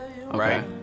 right